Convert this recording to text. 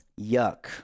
Yuck